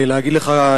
ולהגיד לך,